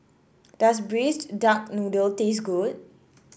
does Braised Duck Noodle taste good